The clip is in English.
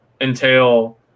entail